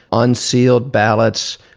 unsealed ballots,